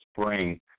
spring